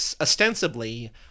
Ostensibly